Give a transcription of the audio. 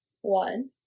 one